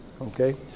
okay